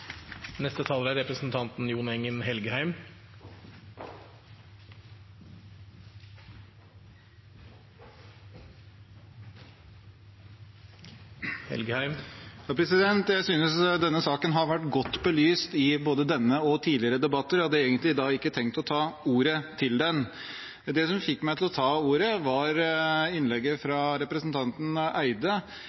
synes denne saken har vært godt belyst i både denne og tidligere debatter og hadde egentlig ikke tenkt å ta ordet til den. Det som fikk meg til å ta ordet, var innlegget fra representanten Eide,